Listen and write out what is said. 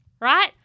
right